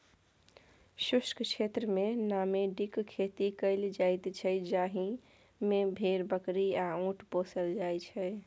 शुष्क क्षेत्रमे नामेडिक खेती कएल जाइत छै जाहि मे भेड़, बकरी आ उँट पोसल जाइ छै